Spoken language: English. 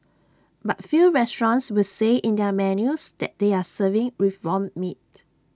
but few restaurants will say in their menus that they are serving reformed meat